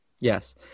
yes